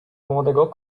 młodego